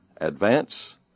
advance